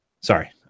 sorry